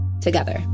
together